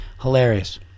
Hilarious